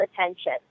attention